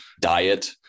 diet